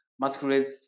Masquerades